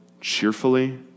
cheerfully